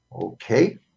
Okay